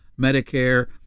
Medicare